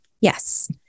Yes